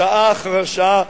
שעה אחר שעה.